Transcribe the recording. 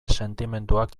sentimenduak